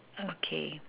okay